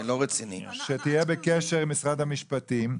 שתהיה בקשר עם משרד המשפטים.